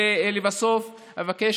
ולבסוף אבקש,